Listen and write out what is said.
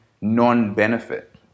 non-benefit